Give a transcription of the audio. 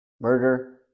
Murder